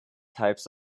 types